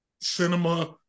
cinema